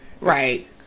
Right